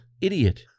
idiot